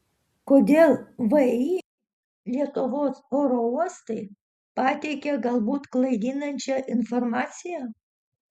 kodėl vį lietuvos oro uostai pateikė galbūt klaidinančią informaciją